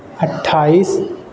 اٹھائیس